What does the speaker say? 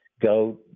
go